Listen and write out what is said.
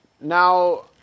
Now